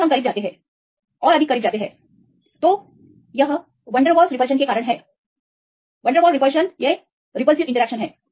फिर हम करीब जाते हैं फिर से अधिक करीब अगर आप अधिक करीब देखते हैं तो यह वन डेर वाल्स के प्रतिकर्षण के कारण है उनके पास उच्च प्रतिकारक इंटरैक्शन हैं